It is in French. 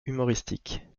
humoristiques